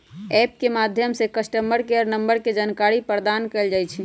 app के माध्यम से कस्टमर केयर नंबर के जानकारी प्रदान कएल जाइ छइ